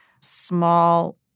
Small